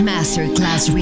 Masterclass